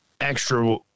extra